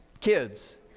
kids